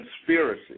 conspiracy